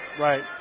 Right